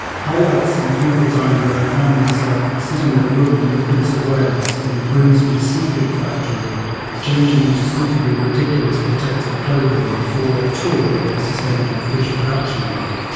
highlights include the time that i found myself sitting in a room with the prince of wales in a grimsby seafood factory changing into suitably ridiculous protective clothing before a tour of a sustainable fish production line.